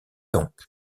donc